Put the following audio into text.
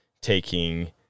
taking